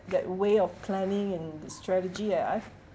that way of planning and strategy ya